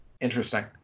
Interesting